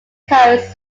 codes